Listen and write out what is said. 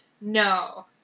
No